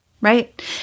Right